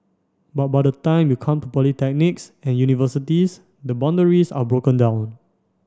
but by the time you come to polytechnics and universities the boundaries are broken down